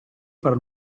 per